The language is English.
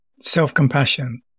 self-compassion